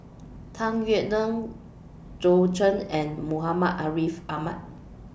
Tung Yue Nang Zhou Can and Muhammad Ariff Ahmad